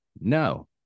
no